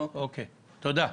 תודה.